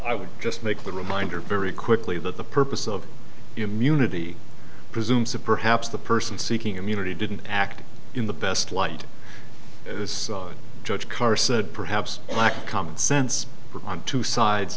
i would just make the reminder very quickly that the purpose of immunity presumes that perhaps the person seeking immunity didn't act in the best light is judge carr said perhaps lack of common sense on two sides